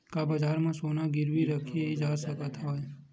का बजार म सोना गिरवी रखे जा सकत हवय?